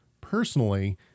personally